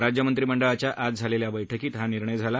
राज्य मंत्रीमंडळाच्या आज झालेल्या बैठकीत हा निर्णय झाला